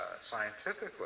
scientifically